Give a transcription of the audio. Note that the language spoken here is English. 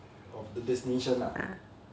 of the destination lah